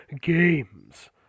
games